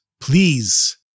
Please